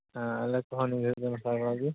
ᱦᱮᱸ ᱟᱞᱮ ᱠᱚᱦᱚᱸ ᱱᱤᱭᱟᱹ ᱜᱷᱟᱹᱲᱤᱡ ᱫᱚ ᱱᱟᱯᱟᱭ ᱵᱟᱲᱟ ᱜᱮ